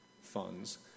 funds